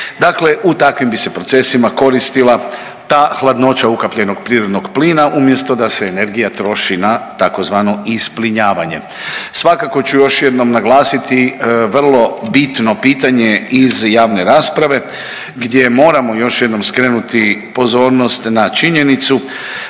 Dakle, u takvim bi se procesima koristila ta hladnoća ukapljenog prirodnog plina umjesto da se energija troši na tzv. isplinjavanje. Svakako ću još jednom naglasiti vrlo bitno pitanje iz javne rasprave gdje moramo još jednom skrenuti pozornost na činjenicu